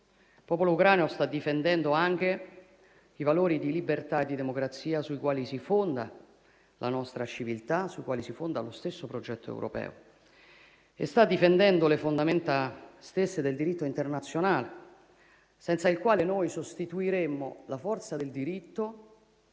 la propria terra; esso sta difendendo anche i valori di libertà e di democrazia sui quali si fonda la nostra civiltà, sui quali si fonda lo stesso progetto europeo. Sta difendendo le fondamenta stesse del diritto internazionale, senza il quale sostituiremmo la forza del diritto